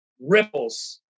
ripples